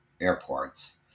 airports